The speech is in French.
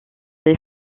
les